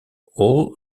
all